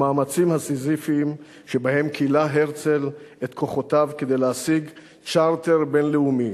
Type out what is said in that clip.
המאמצים הסיזיפיים שבהם כילה הרצל את כוחותיו כדי להשיג צ'רטר בין-לאומי